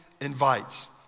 invites